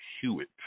hewitt